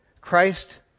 Christ